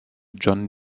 john